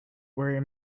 where